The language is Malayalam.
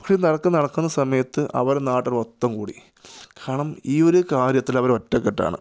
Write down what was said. പക്ഷെ വഴക്ക് നടക്കുന്ന സമയത്ത് അവിടെ നാട്ടുകാർ മൊത്തം കൂടി കാരണം ഈയൊരു കാര്യത്തിൽ അവരൊറ്റക്കെട്ടാണ്